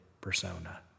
persona